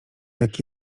jak